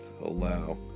allow